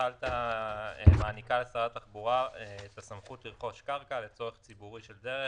מעניקה לשר התחבורה את הסמכות לרכוש קרקע לצורך ציבורי של דרך,